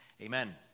Amen